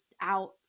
Out